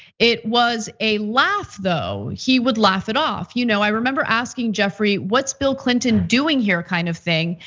it was a laugh though he would laugh it off. you know i remember asking jeffrey, what's bill clinton doing here kind of thing?